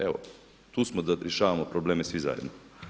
Evo tu smo da rješavamo probleme svi zajedno.